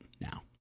now